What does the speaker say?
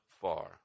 far